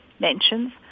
mentions